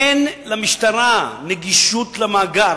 אין למשטרה נגישות למאגר.